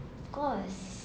of course